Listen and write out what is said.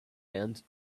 and